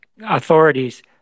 authorities